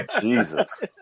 Jesus